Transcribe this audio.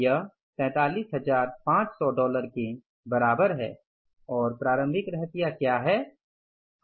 यह 43500 डॉलर के बराबर है और प्रारभिक रहतिया क्या है